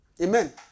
Amen